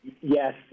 Yes